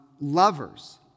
lovers